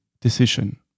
decision